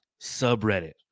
subreddit